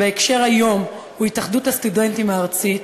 בהקשר היום הוא התאחדות הסטודנטים הארצית,